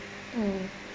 mm